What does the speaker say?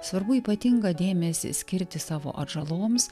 svarbu ypatingą dėmesį skirti savo atžaloms